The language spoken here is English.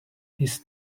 his